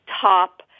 top